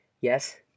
Yes